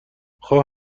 خواه